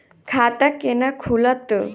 खाता केना खुलत?